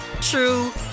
true